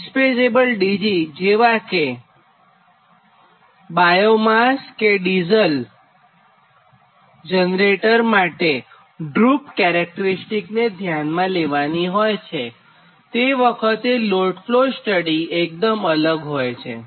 dispatchable DG જેવા કે biomass કે ડીઝલ જનરેટર માટે કે જ્યાં ડ્રૃપ કેરેક્ટરીસ્ટીક ને ધ્યાનમાં લેવાની હોય છેતે વખતે લોડ ફ્લો સ્ટડી એકદમ અલગ હોય છે